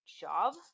job